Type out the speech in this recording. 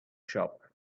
shop